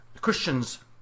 Christians